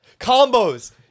Combos